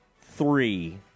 three